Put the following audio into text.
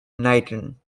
knighton